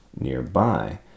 nearby